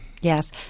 Yes